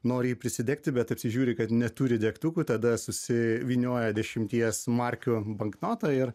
nori prisidegti bet apsižiūri kad neturi degtukų tada susivynioja dešimties markių banknotą ir